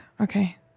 Okay